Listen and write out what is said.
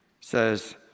says